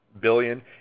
billion